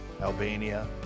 Albania